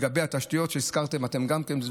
לגבי התשתיות שגם הזכרתם בדבריכם,